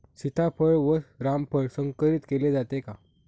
सीताफळ व रामफळ संकरित केले जाते का?